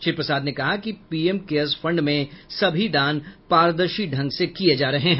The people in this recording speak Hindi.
श्री प्रसाद ने कहा कि पीएम केयर्स फंड में सभी दान पारदर्शी ढंग से किये जा रहे हैं